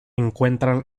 encuentran